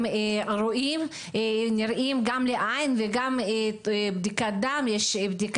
זה נראה גם בעין וגם בדיקת דם מראה שהמדד